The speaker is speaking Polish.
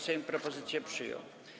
Sejm propozycję przyjął.